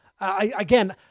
again